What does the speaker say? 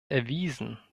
erwiesen